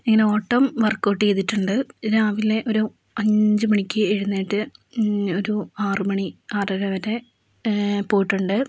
ഇങ്ങനെ ഓട്ടം വർക്കൌട്ട് ചെയ്തിട്ടുണ്ട് രാവിലെ ഒരു അഞ്ചുമണിക്ക് എഴുന്നേറ്റ് ഒരു ആറുമണി ആറര വരെ പോയിട്ടുണ്ട്